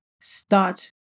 start